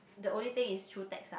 the only thing is through text ah